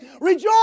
Rejoice